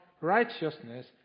righteousness